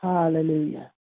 Hallelujah